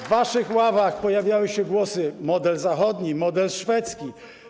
W waszych ławach pojawiały się głosy: model zachodni, model szwedzki.